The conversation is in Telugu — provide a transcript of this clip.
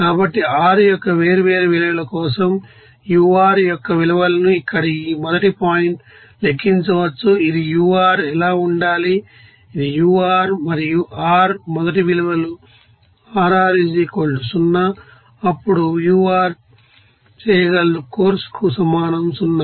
కాబట్టి r యొక్క వేర్వేరు విలువల కోసం ur యొక్క విలువలను ఇక్కడ ఈ మొదటి పాయింట్ లెక్కించవచ్చు ఇది ur ఎలా ఉండాలి ఇది ur మరియు r మొదటి విలువలు rr 0 అప్పుడు ur చేయగలదు కోర్సుకు సమానం 0